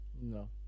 No